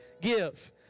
give